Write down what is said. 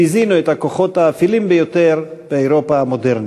שהזינו את הכוחות האפלים ביותר באירופה המודרנית.